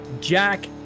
Jack